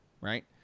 right